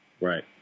Right